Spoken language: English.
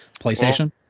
PlayStation